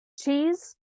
cheese